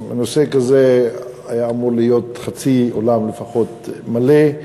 בנושא כזה היה אמור להיום חצי אולם, לפחות, מלא.